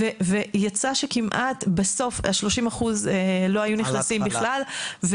ויצא שכמעט 30% לא היו נכנסים בכלל,